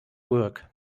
work